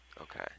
Okay